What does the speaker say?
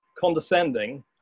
condescending